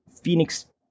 Phoenix